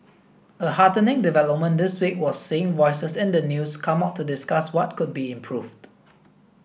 a heartening development this week was seeing voices in the news come out to discuss what could be improved